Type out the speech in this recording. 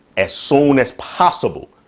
as soon as possible.